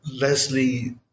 Leslie